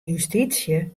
justysje